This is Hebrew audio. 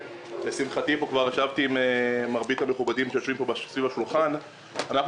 ולשמחתי כבר נפגשתי עם מרבית המכובדים שיושבים פה סביב השולחן אנחנו